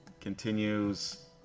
continues